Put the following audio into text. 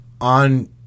on